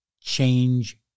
Change